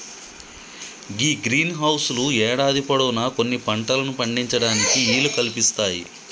గీ greenhouse లు యేడాది పొడవునా కొన్ని పంటలను పండించటానికి ఈలు కల్పిస్తాయి